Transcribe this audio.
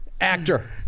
Actor